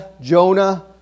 Jonah